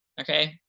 okay